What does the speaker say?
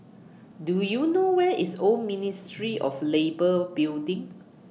Do YOU know Where IS Old Ministry of Labour Building